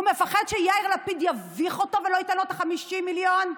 הוא מפחד שיאיר לפיד יביך אותו ולא ייתן לו את ה-50 מיליון?